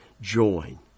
join